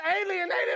alienated